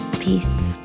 Peace